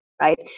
right